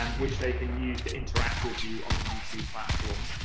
and which they can use to interact with you on the youtube platform.